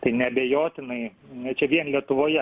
tai neabejotinai čia vien lietuvoje